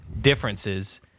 differences